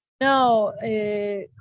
No